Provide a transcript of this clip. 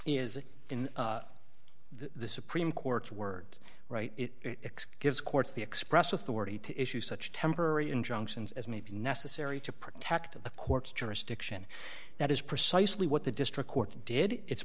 is in the supreme court's words right it gives courts the express authority to issue such temporary injunctions as may be necessary to protect the court's jurisdiction that is precisely what the district court did it's